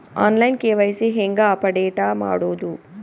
On line KYC ಹೇಂಗ update ಮಾಡೋದು?